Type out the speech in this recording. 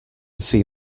see